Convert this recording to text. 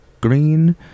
green